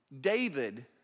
David